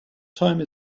time